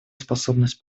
способность